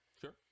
Sure